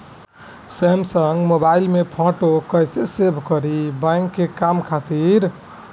Samsung mobile में photo कैसे save करीं बैंक के काम खातिर?